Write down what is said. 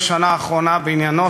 להצטרף לאיחולי החלמה לאמכם יעל,